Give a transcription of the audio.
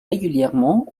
régulièrement